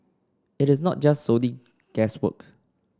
it is not just solely guesswork